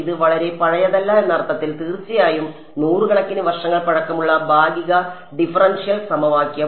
ഇത് വളരെ പഴയതല്ല എന്ന അർത്ഥത്തിൽ തീർച്ചയായും നൂറുകണക്കിന് വർഷങ്ങൾ പഴക്കമുള്ള ഭാഗിക ഡിഫറൻഷ്യൽ സമവാക്യം